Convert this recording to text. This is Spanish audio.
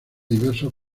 diversos